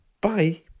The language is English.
Bye